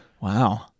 Wow